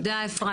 תודה, אפרת.